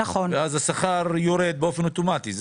אז השכר יורד באופן אוטומטי.